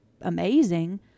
amazing